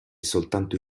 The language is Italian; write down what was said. soltanto